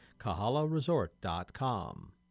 KahalaResort.com